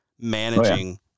managing